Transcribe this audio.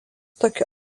tokiu